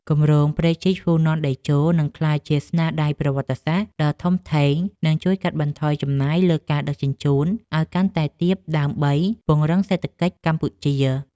គម្រោងព្រែកជីកហ្វូណនតេជោនឹងក្លាយជាស្នាដៃប្រវត្តិសាស្ត្រដ៏ធំធេង និង ជួយកាត់បន្ថយចំណាយលើការដឹកជញ្ជូនឱ្យកាន់តែទាបដើម្បីពង្រឹងសេដ្ឋកិច្ចកម្ពុជា។